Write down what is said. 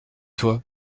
toi